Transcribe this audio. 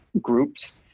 groups